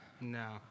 No